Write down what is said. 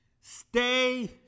Stay